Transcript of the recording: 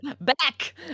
back